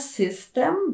system